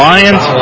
Lions